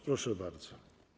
Proszę bardzo.